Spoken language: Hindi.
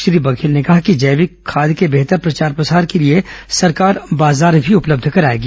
श्री बघेल ने कहा कि जैविक खाद के बेहतर प्रचार प्रसार के लिए सरकार बाजार भी उपलब्ध कराएगी